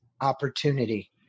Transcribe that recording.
opportunity